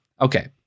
Okay